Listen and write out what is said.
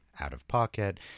out-of-pocket